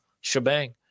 shebang